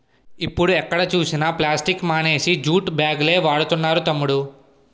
ఇప్పుడు ఎక్కడ చూసినా ప్లాస్టిక్ మానేసి జూట్ బాగులే వాడుతున్నారు తమ్ముడూ